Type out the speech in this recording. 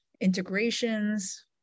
integrations